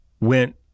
went